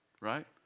Right